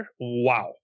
Wow